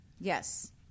Yes